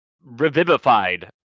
revivified